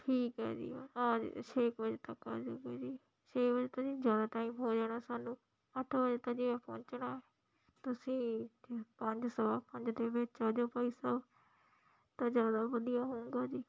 ਠੀਕ ਹੈ ਜੀ ਆ ਜਿਓ ਛੇ ਕੁ ਵਜੇ ਤੱਕ ਆ ਜਿਓ ਜੀ ਛੇ ਵਜੇ ਤਾਂ ਜੀ ਜ਼ਿਆਦਾ ਟਾਈਮ ਹੋ ਜਾਣਾ ਸਾਨੂੰ ਆਪਾਂ ਅੱਠ ਵਜੇ ਪਹੁੰਚਣਾ ਏ ਤੁਸੀਂ ਪੰਜ ਸਵਾ ਪੰਜ ਦੇ ਵਿੱਚ ਆ ਜਿਓ ਭਾਈ ਸਾਹਿਬ ਤਾਂ ਜ਼ਿਆਦਾ ਵਧੀਆ ਹੋਵੇਗਾ ਜੀ